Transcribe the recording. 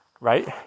Right